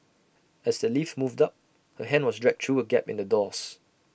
as the lift moved up her hand was dragged through A gap in the doors